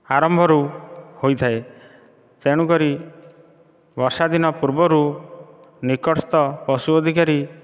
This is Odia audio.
ଆରମ୍ଭରୁ ହୋଇଥାଏ ତେଣୁକରି ବର୍ଷାଦିନ ପୂର୍ବରୁ ନିକଟସ୍ଥ ପଶୁ ଅଧିକାରୀ